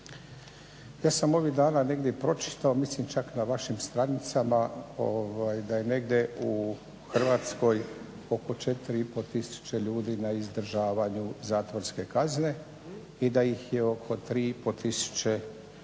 Ja sam ovih dana negdje pročitao mislim čak na vašim stranicama ovaj da je negdje u Hrvatskoj oko 4,5 tisuće ljudi na izdržavanju zatvorske kazne i da ih je oko 3,5